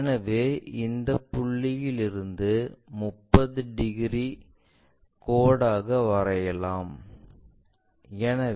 எனவே இந்த புள்ளியிலிருந்து 30 டிகிரி கோடாக வரையலாம்